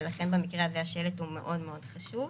ולכן במקרה הזה השלט הוא מאוד מאוד חשוב.